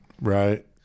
Right